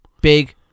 Big